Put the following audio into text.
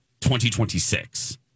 2026